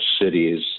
cities